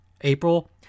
April